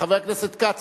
חבר הכנסת כץ,